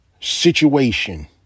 situation